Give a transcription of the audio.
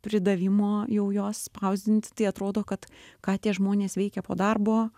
pridavimo jau jos spausdinti tai atrodo kad ką tie žmonės veikia po darbo